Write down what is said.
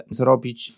zrobić